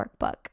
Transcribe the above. workbook